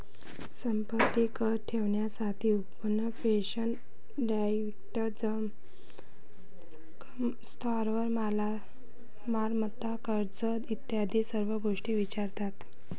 संपत्ती कर ठरवण्यासाठी उत्पन्न, पेन्शन, दायित्व, जंगम स्थावर मालमत्ता, कर्ज इत्यादी सर्व गोष्टी विचारतात